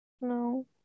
No